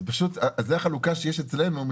זו החלוקה שיש אצלנו.